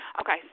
Okay